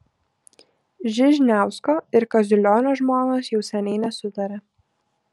žižniausko ir kaziulionio žmonos jau seniai nesutaria